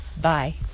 Bye